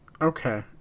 okay